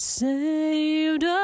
saved